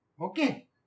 Okay